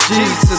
Jesus